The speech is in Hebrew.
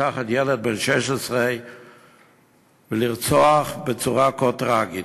לקחת ילד בן 16 ולרצוח בצורה כה טרגית.